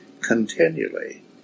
Continually